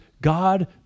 God